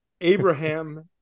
Abraham